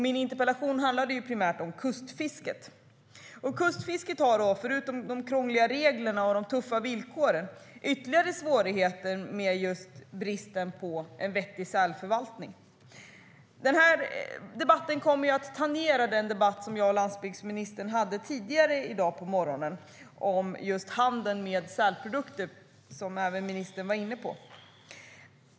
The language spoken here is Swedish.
Min interpellation handlade primärt om kustfisket. Kustfisket har, förutom de krångliga reglerna och de tuffa villkoren, ytterligare svårigheter med just bristen på en vettig sälförvaltning. Den här debatten kommer att tangera den debatt som jag och landsbygdsministern hade tidigare i dag, på morgonen, om just handel med sälprodukter, som ministern var inne på.